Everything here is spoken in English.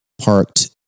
parked